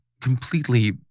completely